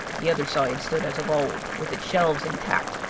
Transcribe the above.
the other side stood as of old, with its shelves intact,